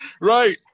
right